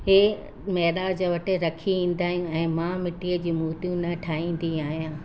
इहे महिराज वटि रखी ईंदा आयुमि ऐं मां मिटीअ जूं मूर्तियूं न ठाहींदी आहियां